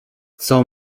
coo